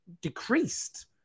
decreased